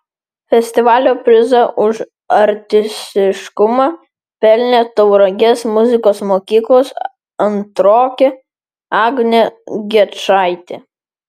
festivalio prizą už artistiškumą pelnė tauragės muzikos mokyklos antrokė agnė gečaitė